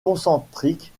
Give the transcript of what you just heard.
concentriques